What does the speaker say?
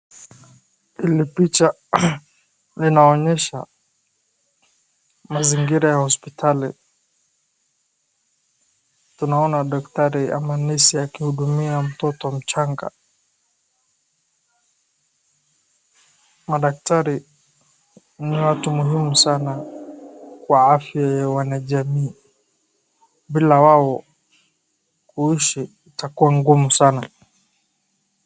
Ni picha linaonyesha mazingira ya hospitali tunaona daktari ama nesi akihudumia mtoto mchanga. Madaktari ni watu muhimu sana kwa afya ya jamii, bila wao kuishi itakuwa ngumu sana.